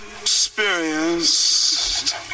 experienced